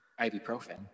ibuprofen